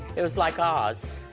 it was like oz,